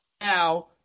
now